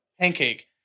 pancake